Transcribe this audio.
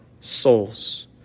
souls